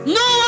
no